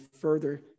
further